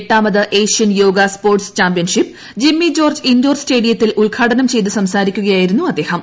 എട്ടാമത് Asian yoga sports championship Jimmy George ഇൻഡോർസ്റ്റേഡിയത്തിൽ ഉദ്ഘാടനം ചെയ്തു സംസാരിക്കുകയായിരുന്നു അദ്ദേഹം